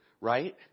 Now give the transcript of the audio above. Right